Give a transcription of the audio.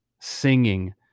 singing